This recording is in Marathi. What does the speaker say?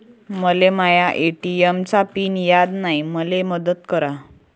मले माया ए.टी.एम चा पिन याद नायी, मले मदत करा